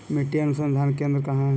मिट्टी अनुसंधान केंद्र कहाँ है?